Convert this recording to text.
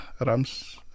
Rams